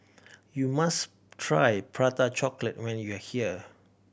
you must try Prata Chocolate when you are here